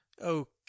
okay